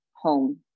home